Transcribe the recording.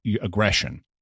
aggression